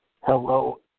hello